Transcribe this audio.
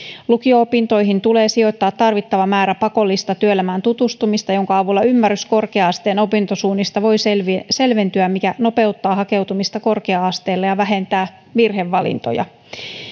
lukio opintoihin tulee sijoittaa tarvittava määrä pakollista työelämään tutustumista jonka avulla ymmärrys korkea asteen opintosuunnista voi selventyä selventyä mikä nopeuttaa hakeutumista korkea asteelle ja vähentää virhevalintoja